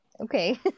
Okay